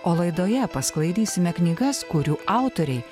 o laidoje pasklaidysime knygas kurių autoriai